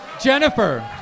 Jennifer